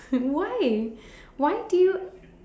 why why do you